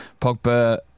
Pogba